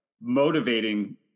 motivating